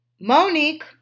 Monique